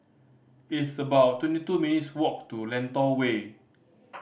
it's about twenty two minutes' walk to Lentor Way